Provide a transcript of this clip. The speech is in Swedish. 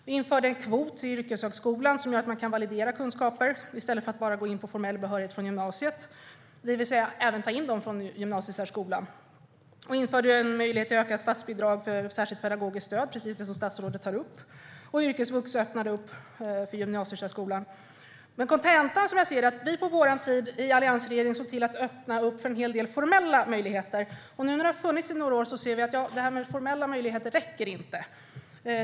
Det infördes en kvot till yrkeshögskolan som gör att man kan validera kunskaper i stället för att bara gå in på formell behörighet från gymnasiet, det vill säga även ta in dem från gymnasiesärskolan. Vi införde en möjlighet till ökat statsbidrag för särskilt pedagogiskt stöd, vilket statsrådet tar upp. Yrkesvux öppnade upp för gymnasiesärskolan. Kontentan som jag ser den är att vi under vår tid i alliansregeringen såg till att öppna för en hel del formella möjligheter. Nu när de har funnits i några år ser vi att det inte räcker med formella möjligheter.